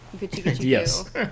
Yes